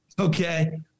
okay